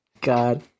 God